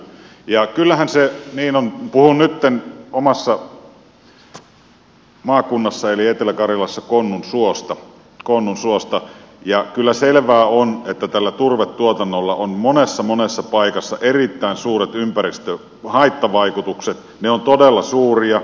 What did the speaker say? ja kyllähän puhun nytten omassa maakunnassani eli etelä karjalassa olevasta konnunsuosta selvää on että tällä turvetuotannolla on monessa monessa paikassa erittäin suuret ympäristöhaittavaikutukset ne ovat todella suuria